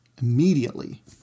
Immediately